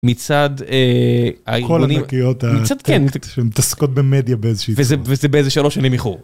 מצד... כל ענקיות הטק שמתעסקות במדיה באיזושהי צורה. וזה באיזה שלוש שנים איחור.